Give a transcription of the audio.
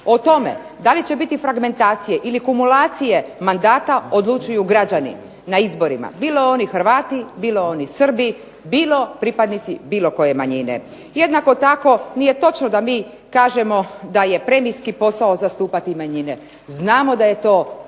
O tome da li će biti fragmentacije ili kumulacije mandata odlučuju građani na izborima. Bilo oni Hrvati, bilo oni Srbi, bilo pripadnici bilo koje manjine. Jednako tako nije točno da mi kažemo da je premijski posao zastupati manjine. Znamo da je to